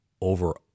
over